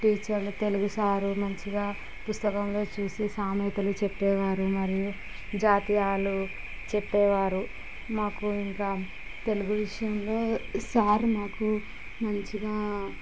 టీచర్లు తెలుగు సారు మంచిగా పుస్తకంలో చూసి సామెతలు చెప్పేవారు మరియు జాతీయాలు చెప్పేవారు మాకు ఇంకా తెలుగు విషయంలో సార్ మాకు మంచిగా